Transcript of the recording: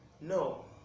No